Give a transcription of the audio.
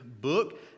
book